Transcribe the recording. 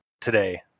today